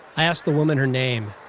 i ask the woman her name.